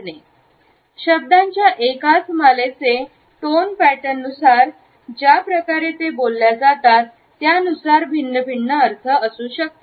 slide वेळ पहा 1613 शब्दांच्या एकाच मालेचे टोन पॅटर्ननुसार ज्या प्रकारे ते बोलल्या जातात त्यानुसार भिन्न भिन्न अर्थ शकतात